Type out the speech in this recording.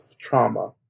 trauma